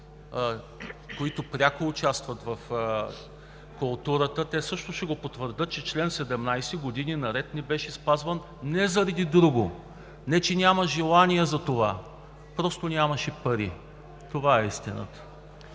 които пряко участват в културата, те също ще потвърдят, че чл. 17 години наред не беше спазван не заради друго, не че няма желание за това, просто нямаше пари. Това е истината.